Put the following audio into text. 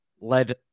led